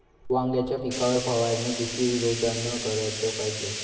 वांग्याच्या पिकावर फवारनी किती रोजानं कराच पायजे?